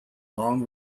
long